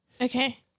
Okay